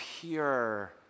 pure